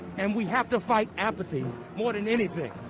and we have to fight apathy more than anything.